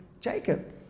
Jacob